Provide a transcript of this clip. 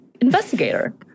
investigator